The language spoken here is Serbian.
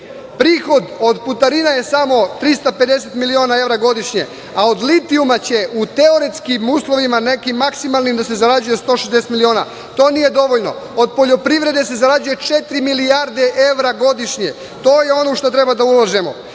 zemlje. Prihod od putarina je samo 350 miliona evra godišnje, a od litijuma će u teoretskim uslovima nekim maksimalnim da se zarađuje 160 miliona, to nije dovoljno. Od poljoprivrede se zarađuje četiri milijarde evra godišnje, i to je ono što treba da uložimo